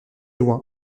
loin